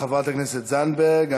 תודה, חברת הכנסת זנדברג.